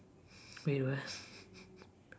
wait what